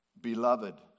Beloved